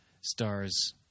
stars